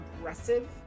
aggressive